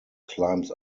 climbs